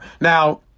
Now